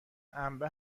انبه